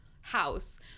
house